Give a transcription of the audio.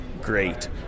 great